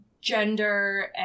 gender